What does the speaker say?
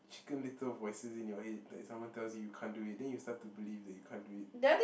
chicken little voices in your head like someone tells you you can't do it then you start to believe that you can't do it